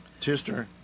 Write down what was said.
Tister